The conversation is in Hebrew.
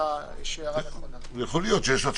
יכול להיות שיש עוד.